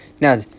Now